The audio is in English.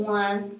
one